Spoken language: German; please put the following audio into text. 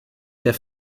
der